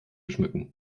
schmücken